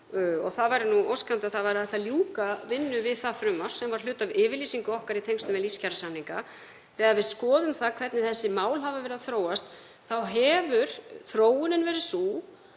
Það væri óskandi að hægt væri að ljúka vinnu við það frumvarp, sem var hluti af yfirlýsingu okkar í tengslum við lífskjarasamninga. Þegar við skoðum hvernig þessi mál hafa verið að þróast þá hefur þróunin verið sú